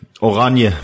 Oranje